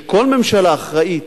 וכל ממשלה אחראית